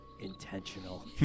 intentional